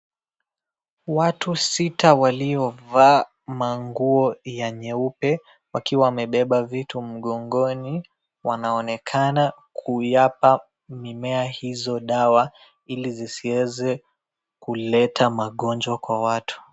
Watu sita waliovaa manguo ya nyeupe wakiwa wamebeba vitu mgongoni wanaonekana kuyapa mimeza hizo dawa ili zisieze kuleta magonjwa kwa watu.